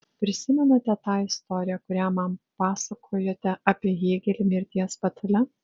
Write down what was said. prisimenate tą istoriją kurią man pasakojote apie hėgelį mirties patale